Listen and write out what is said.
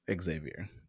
Xavier